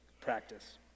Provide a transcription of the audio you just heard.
practice